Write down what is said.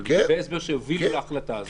אבל דברי ההסבר שהובילו להחלטה הזאת.